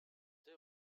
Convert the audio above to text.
they